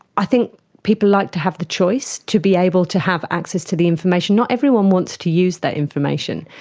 i think people like to have the choice to be able to have access to the information. not everyone wants to use that information,